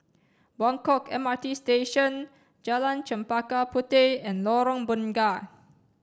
Buangkok M R T Station Jalan Chempaka Puteh and Lorong Bunga